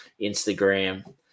Instagram